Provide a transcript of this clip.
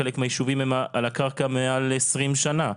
חלק מהיישובים הם על הקרקע מעל 20 שנה.